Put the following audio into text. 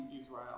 Israel